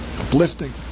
uplifting